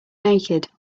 naked